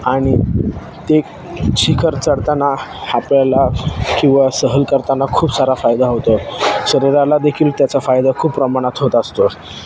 आणि ते शिखर चढताना आपल्याला किंवा सहल करताना खूप सारा फायदा होतो शरीराला देेखील त्याचा फायदा खूप प्रमाणात होत असतो